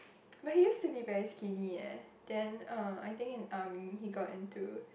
but he used to be very skinny eh then uh I think in army he got into